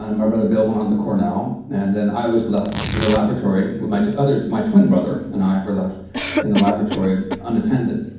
ah and my brother bill went on to cornell, and then i was left with a laboratory with my other. my twin brother and i were left in the laboratory unattended.